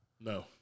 No